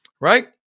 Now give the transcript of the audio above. right